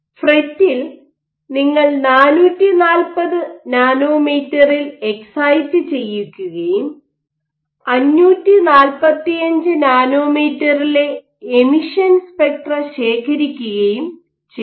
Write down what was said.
ഫ്രെറ്റിൽ നിങ്ങൾ 440 നാനോമീറ്ററിൽ എക്സൈറ്റു ചെയ്യിക്കുകയും 545 നാനോമീറ്ററിലെ എമിഷൻ സ്പെക്ട്ര ശേഖരിക്കുകയും ചെയ്യുന്നു